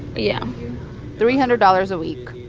but yeah three-hundred dollars a week,